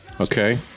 Okay